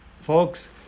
Folks